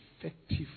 effective